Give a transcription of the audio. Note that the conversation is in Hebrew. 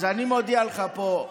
אז אני מודיע לך פה,